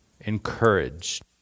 encouraged